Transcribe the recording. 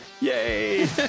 Yay